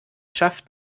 schafft